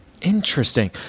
Interesting